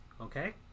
okay